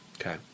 Okay